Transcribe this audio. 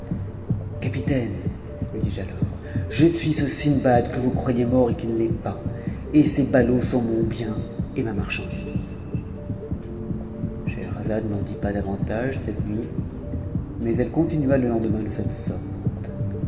capitaine lui dis-je a ors je suis ce sindbad que vous croyez mort et qui ne l'est pas et ces ballots sont mon bien et ma marchandise a scheherazade n'en dit pas davantage cette nuit mais elle continua le lendemain de cette sorte